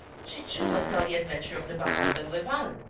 she too must tell the adventure of the baronne d'imblevalle.